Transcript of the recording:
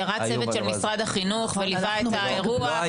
ירד צוות של משרד החינוך וליווה את האירוע,